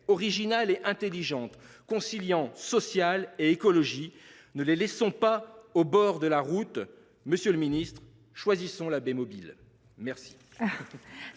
originales et intelligentes, conciliant impératif social et écologique. Ne les laissons pas au bord de la route. Monsieur le ministre, choisissons la « Labbémobile »